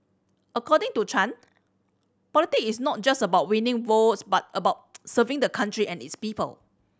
according to Chan politics is not just about winning votes but about serving the country and its people